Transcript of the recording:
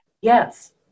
Yes